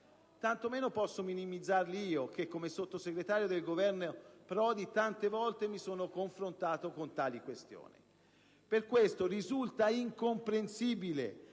tantomeno posso minimizzarli io che, come Sottosegretario del Governo Prodi, tante volte mi sono confrontato con tali questioni. Per questo risulta incomprensibile